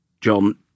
John